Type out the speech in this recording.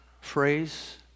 phrase